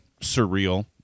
surreal